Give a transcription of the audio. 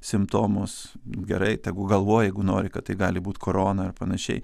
simptomus gerai tegu galvoja jeigu nori kad tai gali būt korona ar panašiai